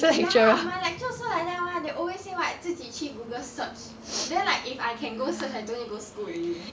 ya my lecturer also like that [one] they always say what 自己去 Google search then like if I can go search then I don't need go school already